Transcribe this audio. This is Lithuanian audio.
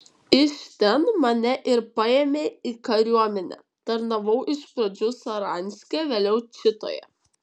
iš ten mane ir paėmė į kariuomenę tarnavau iš pradžių saranske vėliau čitoje